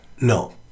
No